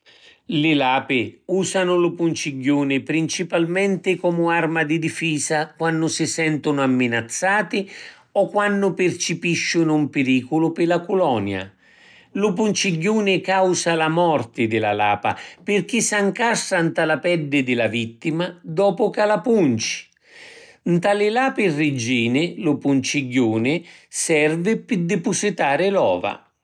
Li lapi usanu lu pungigghiuni principalmenti comu arma di difisa quannu si sentunu amminazzati o quannu pircipisciunu ‘n piriculu pi la culonia. Lu pungigghiuni causa la morti di la lapa pirchì s’ancastra nta la peddi di la vittima dopu ca la punci. Nta li lapi rigini lu pungigghiuni servi pi dipusitari l’ova.